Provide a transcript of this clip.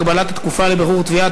הגבלת התקופה לבירור תביעה),